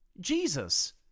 Jesus